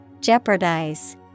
jeopardize